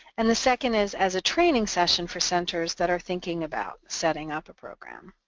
and the second is as a training session for centers that are thinking about setting up a program.